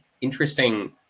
interesting